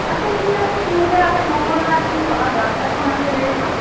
আচ্ছা ঠিক আছে তুমি তাহলে মঙ্গলবার দিন সকাল দশটার সময় চলে এসো